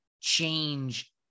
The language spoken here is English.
change